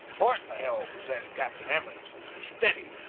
port the helm! said captain emmons. steady!